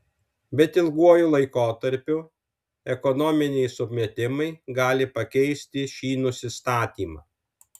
bet ilguoju laikotarpiu ekonominiai sumetimai gali pakeisti šį nusistatymą